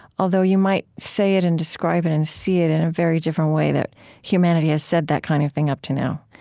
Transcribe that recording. although you might say it, and describe it, and see it in a very different way that humanity has said that kind of thing up to now,